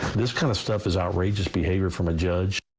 this kind of stuff is outrageous behavior from a judge.